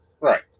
Right